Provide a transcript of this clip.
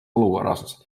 olukorras